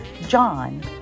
John